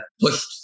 pushed